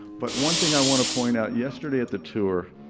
but one thing i want to point out, yesterday at the tour,